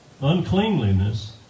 uncleanliness